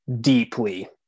deeply